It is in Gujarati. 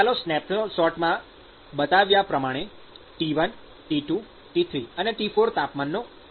ચાલો સ્નેપશોટમાં બતાવ્યા પ્રમાણે T1 T2 T3 અને T4 તાપમાનનો ઉલ્લેખ કરીએ